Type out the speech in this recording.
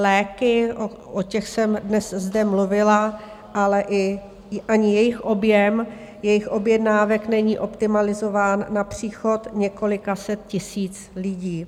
Léky, o těch jsem dnes zde mluvila, ale ani jejich objem, jejich objednávek, není optimalizován na příchod několika set tisíc lidí.